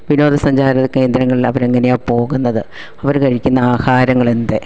വിനോദസഞ്ചാര കേന്ദ്രങ്ങളിൽ അവർ എങ്ങനെയാണ് പോകുന്നത് അവർ കഴിക്കുന്ന ആഹാരങ്ങൾ എന്ത്